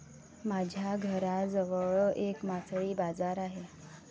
माझ्या घराजवळ एक मासळी बाजार आहे